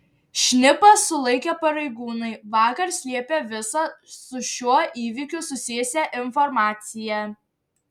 šnipą sulaikę pareigūnai vakar slėpė visą su šiuo įvykiu susijusią informaciją